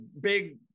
big